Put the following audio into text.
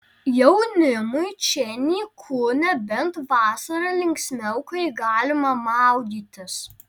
jaunimui čia nyku nebent vasarą linksmiau kai galima maudytis